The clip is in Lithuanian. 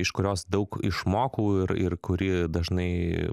iš kurios daug išmokau ir ir kuri dažnai